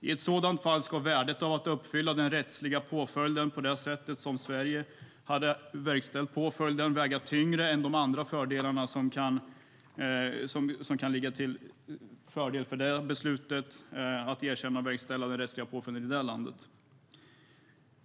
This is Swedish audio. I ett sådant fall ska värdet av att uppfylla den rättsliga påföljden på det sätt som Sverige hade verkställt den på väga tyngre än andra fördelar med beslutet att erkänna och verkställa den rättsliga påföljden i det landet.